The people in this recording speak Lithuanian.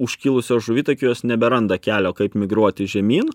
užkilusios žuvitakiuos neberanda kelio kaip migruoti žemyn